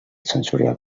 sensorial